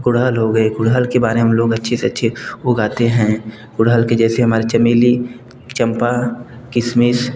गुड़हल हो गए गुड़हल के बारे में हम लोग अच्छे से अच्छे उगाते हैं गुड़हल के जैसे हमारे चमेली चम्पा किसमिस